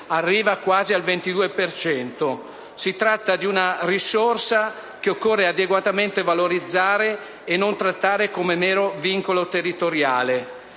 arriva quasi al 22 per cento. Si tratta di una risorsa che occorre adeguatamente valorizzare e non trattare come un mero vincolo territoriale.